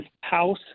house